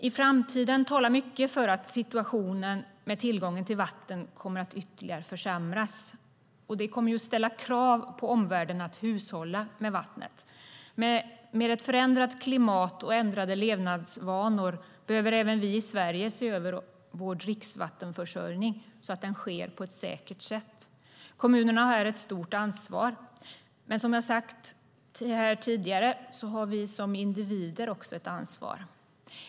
I framtiden talar mycket för att situationen med tillgången till vatten kommer att ytterligare försämras, och det kommer att ställa krav på omvärlden att hushålla med sitt vatten. Med ett förändrat klimat och ändrade levnadsvanor behöver även vi i Sverige se över vår dricksvattenförsörjning så att den sker på ett säkert sätt. Kommunerna har här ett stort ansvar, men som jag har sagt tidigare har vi som individer också ett ansvar.